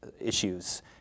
Issues